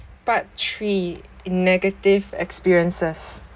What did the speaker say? part three negative experiences